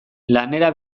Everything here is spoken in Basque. lanera